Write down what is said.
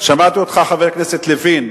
חבר הכנסת לוין,